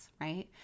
right